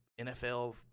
NFL